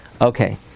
Okay